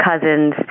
cousins